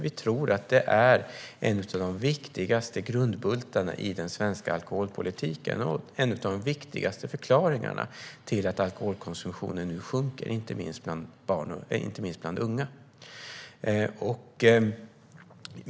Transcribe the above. Vi tror att det är en av de viktigaste grundbultarna i den svenska alkoholpolitiken och en av de viktigaste förklaringarna till att alkoholkonsumtionen nu sjunker, inte minst bland unga.